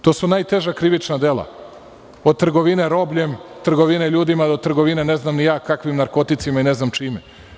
To su najteža krivična dela, od trgovine robljem, trgovine ljudima, do trgovine, ne znam ni ja kakvim, narkoticima i ne znam čime.